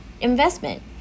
investment